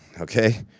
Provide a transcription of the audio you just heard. okay